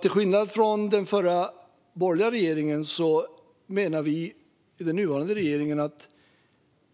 Till skillnad från den förra borgerliga regeringen menar vi i den nuvarande regeringen att